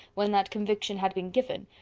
when that conviction had been given,